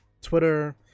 twitter